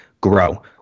grow